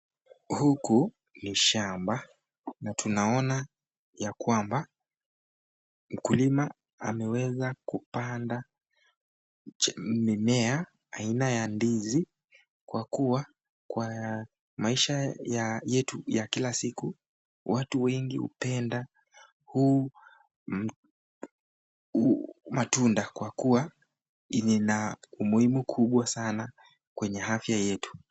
Huku ni shamba na tunaona ya kwamba mkulima ameweza kupanda mimea aina ya ndizi kwa kuwa kwa maisha yetu ya kila siku watu wengi hupenda huu matunda kwa kuwa lina umuhimu kubwa sana kwenye afya yetu.